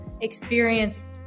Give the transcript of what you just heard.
experience